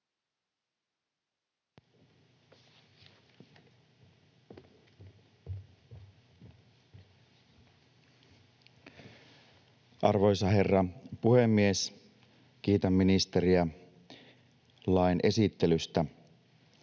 Arvoisa herra puhemies! Kiitän ministeriä lain esittelystä.